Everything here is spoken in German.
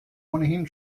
ohnehin